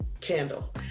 candle